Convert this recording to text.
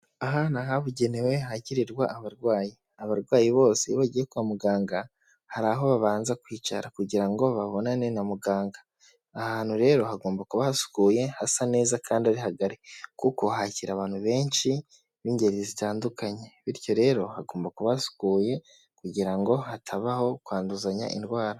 Aha ni ahabugenewe hakirirwa abarwayi. Abarwayi bose iyo bagiye kwa muganga, hari aho babanza kwicara kugira ngo babonane na muganga. Aha hantu rero hagomba kuba hasukuye, hasa neza kandi ari hagari, kuko hakira abantu benshi b'ingeri zitandukanye, bityo rero hagomba kuba hasukuye kugira ngo hatabaho kwanduzanya indwara.